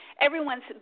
everyone's